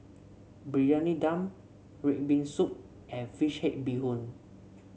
Briyani Dum red bean soup and fish head Bee Hoon